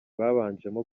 babanjemo